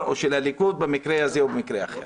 או של הליכוד במקרה הזה או במקרה אחר.